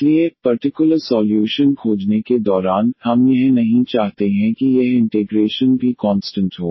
इसलिए particular solution खोजने के दौरान हम यह नहीं चाहते हैं कि यह इंटेग्रेशन भी कॉन्स्टंट हो